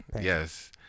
yes